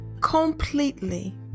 completely